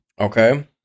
Okay